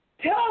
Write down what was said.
tell